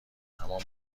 همان